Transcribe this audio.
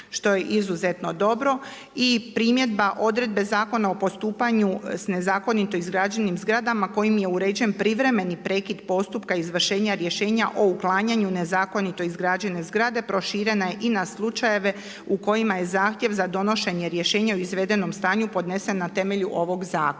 što je izuzetno dobro i primjedba odredba Zakona o postupanju sa nezakonito izgrađenim zgradama, kojim je uređen privremeni prekid postupka izvršenja rješenja o uklanjanju nezakonito izgrađene zgrade, proširene i na slučajeve u kojim a je zahtjev za donošenje rješenja u izvedenom stanju podnesen na temelju ovog zakona.